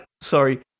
sorry